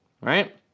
right